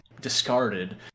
discarded